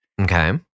okay